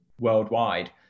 worldwide